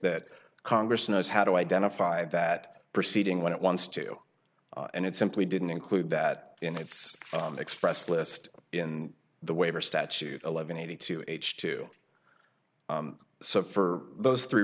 that congress knows how to identify that proceeding when it wants to and it simply didn't include that in its expressed list in the waiver statute eleven eighty two h two so for those three